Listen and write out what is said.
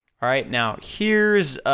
aright? now here's,